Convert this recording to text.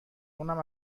اونم